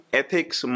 ethics